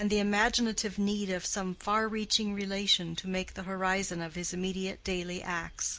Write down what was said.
and the imaginative need of some far-reaching relation to make the horizon of his immediate, daily acts.